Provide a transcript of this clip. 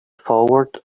forward